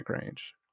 range